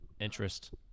Interest